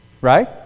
Right